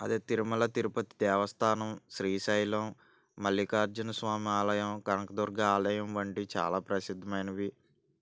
అదే తిరుమల తిరుపతి దేవస్థానం శ్రీశైలం మల్లికార్జున స్వామి ఆలయం కనకదుర్గ ఆలయం వంటి చాలా ప్రసిద్ధమైనవి